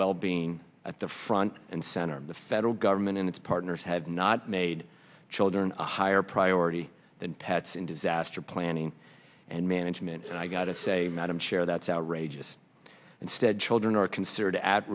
wellbeing at the front and center of the federal government and its partners have not made children a higher priority than tat's in disaster planning and management and i gotta say madam chair that's outrageous instead children are considered at